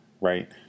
right